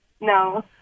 No